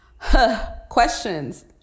questions